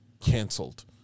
canceled